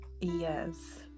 yes